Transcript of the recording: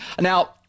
Now